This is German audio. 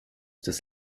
des